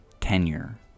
tenure